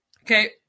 Okay